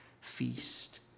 feast